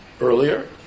earlier